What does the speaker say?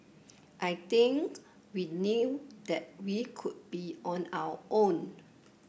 I think we knew that we could be on our own